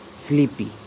Sleepy